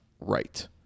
right